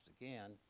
again